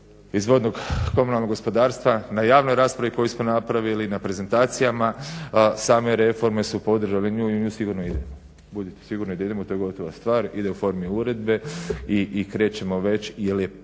iz vodnog komunalnog gospodarstva na javnoj raspravi koju smo napravili, na prezentacijama same reforme su podržale nju i u nju sigurno ideju, budite sigurno da idemo, to je gotova stvar, ide u formi uredbe i krećemo već